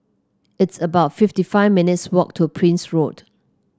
it's about fifty five minutes' walk to Prince Road